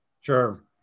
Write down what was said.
Sure